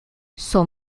son